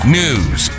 news